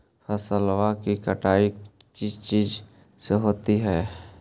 फसल की कटाई किस चीज से होती है?